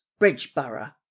bridgeborough